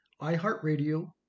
iHeartRadio